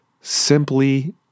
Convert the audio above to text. Simply